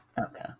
Okay